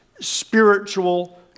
spiritual